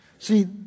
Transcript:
See